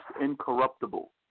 incorruptible